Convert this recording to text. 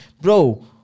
bro